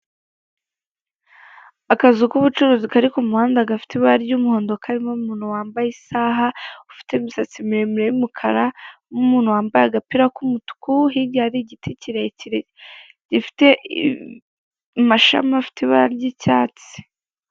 Akazu k'ubucuruzi kari ku muhanda gafite ibara ry'umuhondo karimo umuntu wambaye isaha, ufite imisatsi miremire y'umukara n'umuntu wambaye agapira k'umutuku, hirya hari igiti kirekire gifite amashami afite ibara ry'icyatsi.